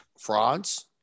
Frauds